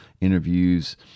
interviews